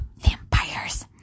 vampires